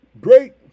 great